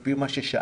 על פי מה ששאלתי,